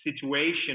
situation